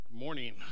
morning